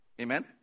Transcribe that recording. Amen